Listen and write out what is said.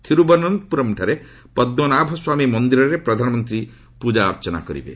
ଥିରୁବନନ୍ତପୁରମଠାରେ ପଦ୍ମନାଭ ସ୍ୱାମୀ ମନ୍ଦିରରେ ପ୍ରଧାନମନ୍ତ୍ରୀ ପୂଜାର୍ଚ୍ଚନା କରିବେ